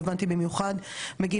יש לכם אגף בלטרלי,